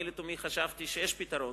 לתומי חשבתי שיש פתרון,